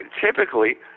Typically